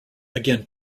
again